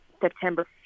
September